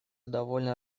довольно